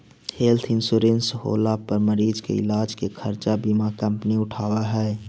health insurance होला पर मरीज के इलाज के खर्चा बीमा कंपनी उठावऽ हई